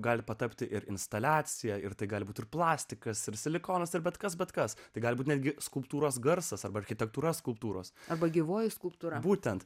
gali patapti ir instaliaciją ir tai gali būti ir plastikas ir silikonas ir bet kas bet kas tai gali būti netgi skulptūros garsas arba architektūra skulptūros arba gyvoji skulptūra būtent